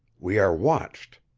we are watched.